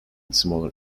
smaller